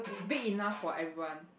big enough for everyone